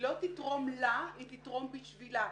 לא תתרום לה, היא תתרום בשבילה.